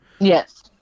Yes